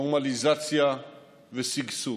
נורמליזציה ושגשוג.